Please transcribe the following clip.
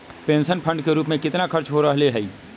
Pension fund के रूप में कितना खर्च हो रहले है?